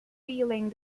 feeling